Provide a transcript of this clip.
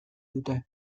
dute